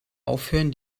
aufhören